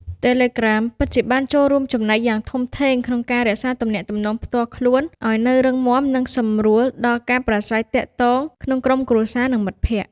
Telegram ពិតជាបានរួមចំណែកយ៉ាងធំធេងក្នុងការរក្សាទំនាក់ទំនងផ្ទាល់ខ្លួនឱ្យនៅរឹងមាំ និងសម្រួលដល់ការប្រាស្រ័យទាក់ទងក្នុងក្រុមគ្រួសារ និងមិត្តភក្តិ។